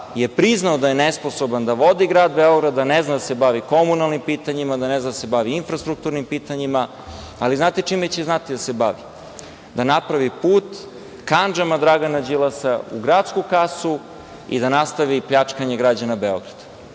je priznao da je nesposoban da vodi grad Beograd, da ne zna da se bavi komunalnim pitanjima, da ne zna da se bavi infrastrukturnim pitanjima, ali znate čime će znati da se bavi? Da napravi put kandžama Dragana Đilasa u gradsku kasu i da nastavi pljačkanje građana Beograda.